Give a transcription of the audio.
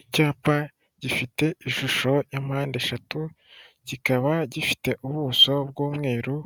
Icyapa gifite ishusho ya mpande eshatu. Kikaba gifite ubuso bw'umweru,